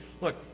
Look